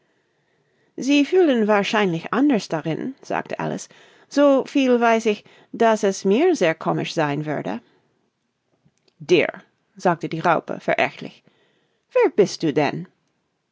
sie fühlen wahrscheinlich anders darin sagte alice so viel weiß ich daß es mir sehr komisch sein würde dir sagte die raupe verächtlich wer bist du denn